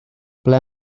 ble